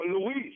Luis